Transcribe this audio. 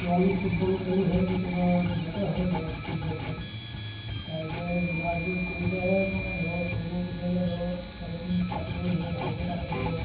ছোৱালী ফুটবল খেলো হয় কেতিয়াবা দিনতে হয় ফুটবল খেল ৰাইজে যোগাযোগ কৰিলেহে মানে ধৰ কৰিব বিচাৰিলে ধৰ খেলখন পাতিবলৈ ধৰ ভালকৈ পাতে ধৰ